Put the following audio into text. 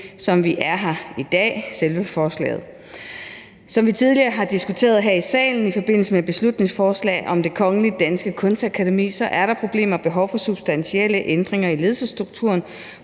som vi er for her i dag: selve forslaget. Som vi tidligere har diskuteret her i salen i forbindelse med beslutningsforslag om Det Kongelige Danske Kunstakademi, så er der problemer og behov for substantielle ændringer i ledelsesstrukturen